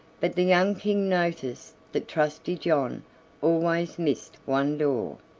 but the young king noticed that trusty john always missed one door,